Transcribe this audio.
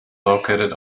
located